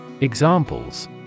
Examples